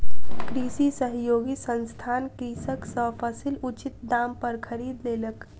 कृषि सहयोगी संस्थान कृषक सॅ फसील उचित दाम पर खरीद लेलक